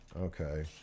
Okay